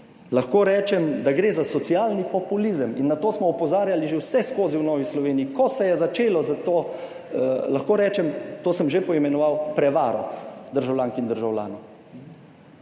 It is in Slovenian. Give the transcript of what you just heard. Lahko rečem, da gre za socialni populizem in na to smo opozarjali že vseskozi v Novi Sloveniji, ko se je začelo s to, lahko rečem, to sem že poimenoval prevaro državljank in državljanov.